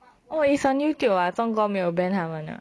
oh is on youtube ah 中国没有 ban 他们 ah